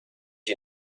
you